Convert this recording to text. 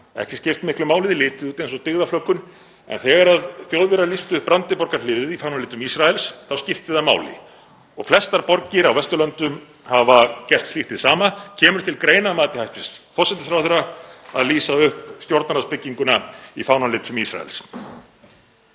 ekki skipt miklu máli og litið út eins og dyggðaflöggun, en þegar Þjóðverjar lýstu upp Brandenborgarhliðið í fánalitum Ísraels þá skipti það máli og flestar borgir á Vesturlöndum hafa gert slíkt hið sama. Kemur til greina að mati hæstv. forsætisráðherra að lýsa upp stjórnarráðsbygginguna í fánalitum Ísraels?